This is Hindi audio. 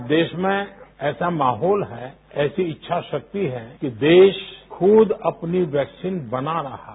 आज देश में ऐसी इच्छाशक्ति है कि देश खुद अपनी वैक्सीन बना रहा है